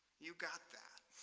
you got that.